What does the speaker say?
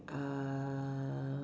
err